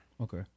Okay